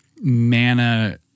mana